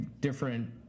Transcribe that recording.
different